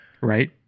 right